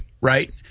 right